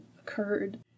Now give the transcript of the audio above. occurred